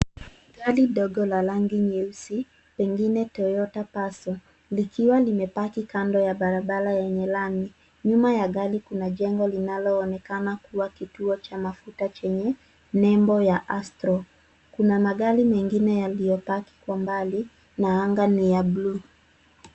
Gari ndogo la rangi nyeusi pengine Toyota passo likiwa limepaki kando ya barabara yenye lami. Nyuma ya gari kuna jengo linaloonekana kuwa kituo cha mafuta chenye nembo ya astro. Kuna magari mengine yaliyopaki kwa mbali na anga ni ya bluu.